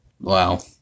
wow